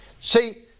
See